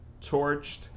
torched